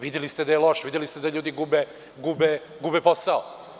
Videli ste da je loš, videli ste da ljudi gube posao.